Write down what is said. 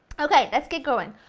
okay, let's get going,